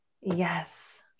Yes